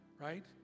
Right